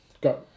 Go